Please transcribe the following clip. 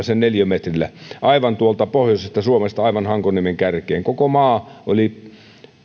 sen jokaisella neliömetrillä aivan tuolta pohjoisesta suomesta aivan hankoniemen kärkeen koko maa oli